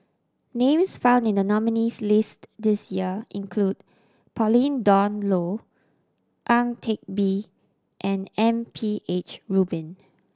names found in the nominees' list this year include Pauline Dawn Loh Ang Teck Bee and M P H Rubin